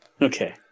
Okay